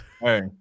Hey